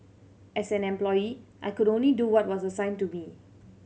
as an employee I could only do what was assigned to me